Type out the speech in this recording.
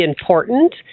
important